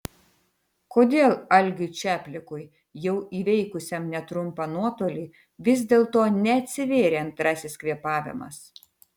kodėl algiui čaplikui jau įveikusiam netrumpą nuotolį vis dėlto neatsivėrė antrasis kvėpavimas